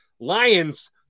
Lions